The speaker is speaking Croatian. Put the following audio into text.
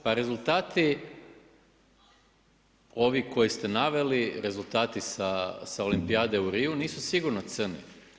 Pa rezultati ovi koje ste naveli, rezultati sa olimpijade u Riju, nisu sigurno crni.